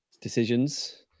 decisions